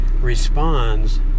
responds